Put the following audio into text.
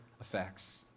effects